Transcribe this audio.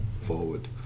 forward